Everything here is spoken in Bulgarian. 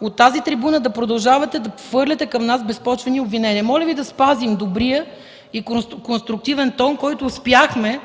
от тази трибуна да продължавате да хвърляте към нас безпочвени обвинения. Моля Ви да спазим добрия и конструктивен тон, който успяхме